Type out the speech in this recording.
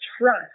trust